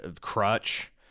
crutch